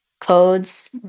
codes